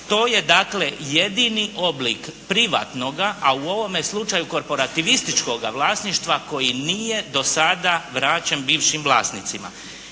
To je dakle jedini oblik privatnoga a u ovome slučaju korporativističkoga vlasništva koji nije do sada vraćen bivšim vlasnicima.